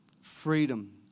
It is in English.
freedom